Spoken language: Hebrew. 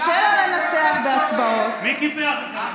קשה לה לנצח בהצבעות מי קיפח אתכם?